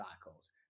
cycles